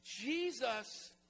Jesus